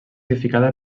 edificada